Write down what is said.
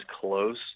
close